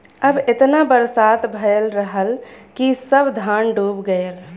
अब एतना बरसात भयल रहल कि सब धान डूब गयल